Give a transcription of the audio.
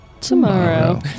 tomorrow